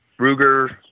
Ruger